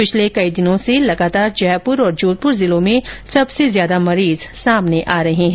पिछले कई दिनों से लगातार जयपुर और जोधपुर जिलों में सबसे ज्यादा मरीज सामने आ रहे हैं